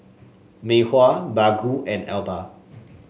Mei Hua Baggu and Alba